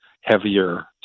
heavier